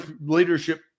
leadership